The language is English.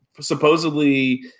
supposedly